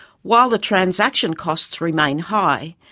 while the transaction costs remain high,